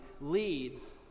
leads